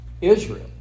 Israel